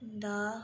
दा